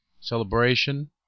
Celebration